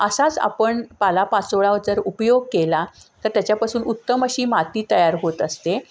असाच आपण पाला पाचोळा जर उपयोग केला तर त्याच्यापासून उत्तम अशी माती तयार होत असते